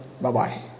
Bye-bye